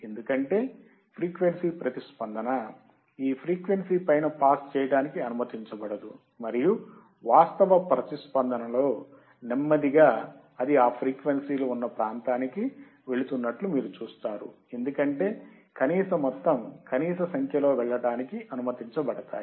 ఎందుకంటే ఫ్రీక్వెన్సీ ప్రతిస్పందన ఈ ఫ్రీక్వెన్సీ పైన పాస్ చేయడానికి అనుమతించదు మరియు వాస్తవ ప్రతిస్పందనలో నెమ్మదిగా అది ఆ ఫ్రీక్వెన్సీ లు ఉన్న ప్రాంతానికి వెళుతున్నట్లు మీరు చూస్తారు ఎందుకంటే కనీస మొత్తం కనీస సంఖ్యలో వెళ్ళడానికి అనుమతించబడతాయి